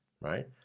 right